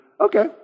okay